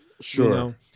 Sure